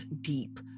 deep